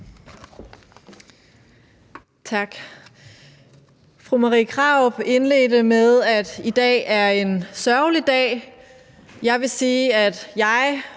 Tak. Fru Marie Krarup indledte med at sige, at i dag er en sørgelig dag, men jeg vil sige, at jeg